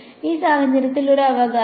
ഈ സാഹചര്യത്തിൽ ഒരു അവകാശം